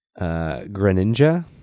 Greninja